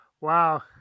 wow